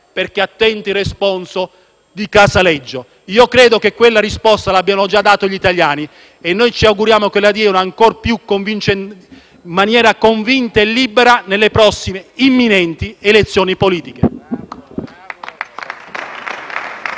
perché attende il responso di Casaleggio? Io credo che quella risposta l'abbiano già data gli italiani e noi ci auguriamo che la diano in maniera ancor più convinta e libera alle prossime, imminenti, elezioni politiche.